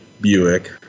buick